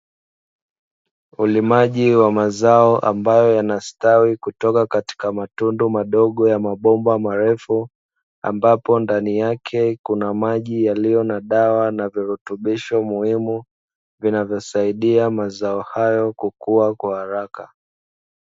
Ulimaji wa mazao ambayo yanastawi kutoka katika matundu madogo ya mabomba marefu, ambapo ndani yake kuna maji yaliyo na dawa na virutubisho muhimu vinayosaidia mazao hayo kukua kwa haraka.